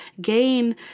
gain